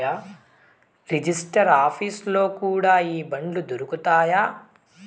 register ఆఫీసుల్లో కూడా ఈ బాండ్లు దొరుకుతాయి